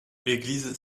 église